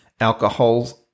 alcohols